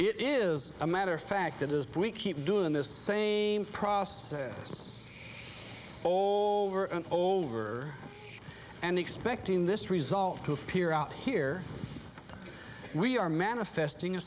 it is a matter of fact it is we keep doing this same process all over and over and expecting this resolve to appear out here we are manifesting a